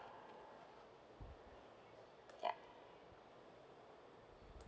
ya